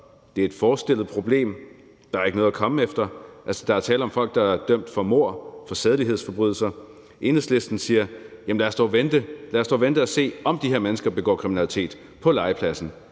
det er et forestillet problem, og at der ikke er noget at komme efter, men så vil jeg sige, at der er tale om folk, der er dømt for mord, for sædelighedsforbrydelser. Enhedslisten siger: Jamen lad os dog vente og se, om de her mennesker begår kriminalitet på legepladsen.